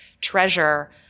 treasure